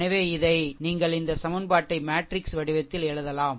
எனவே இதை நீங்கள் இந்த சமன்பாட்டை மேட்ரிக்ஸ் வடிவத்தில் எழுதலாம்